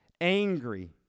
angry